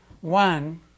One